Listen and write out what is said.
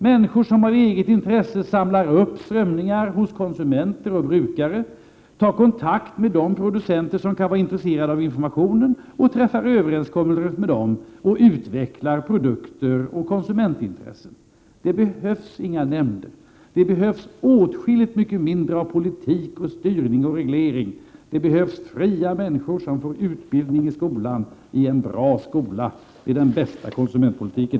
Människor som av eget intresse samlar upp strömningar hos konsumenter och brukare, tar kontakt med de producenter som kan vara intresserade av informationen och träffar överenskommelser med dem samt utvecklar produkter och tillvaratar konsumentintressen. Det behövs inga nämnder. Det behövs åtskilligt mycket mindre av politik och styrning och reglering, det behövs fria människor som får utbildning i skolan, i en bra skola. Det är den bästa konsumentpolitiken.